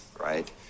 Right